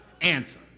answer